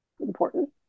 important